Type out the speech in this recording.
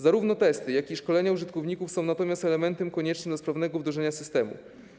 Zarówno testy, jak i szkolenia użytkowników są natomiast elementem koniecznym do sprawnego wdrożenia systemu.